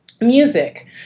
music